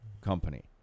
Company